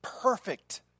Perfect